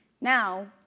now